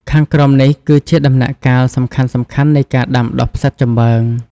ខាងក្រោមនេះគឺជាដំណាក់កាលសំខាន់ៗនៃការដាំដុះផ្សិតចំបើង